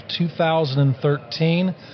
2013